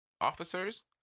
officers